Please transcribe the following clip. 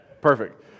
Perfect